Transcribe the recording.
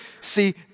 See